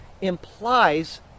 implies